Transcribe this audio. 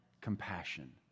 compassion